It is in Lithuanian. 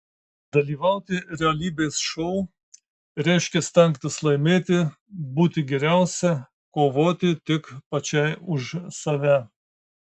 dalyvauti realybės šou reiškia stengtis laimėti būti geriausia kovoti tik pačiai už save